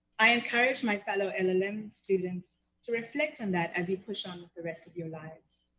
i encourage my fellow and ll m. students to reflect on that as you push on with the rest of your lives.